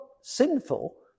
sinful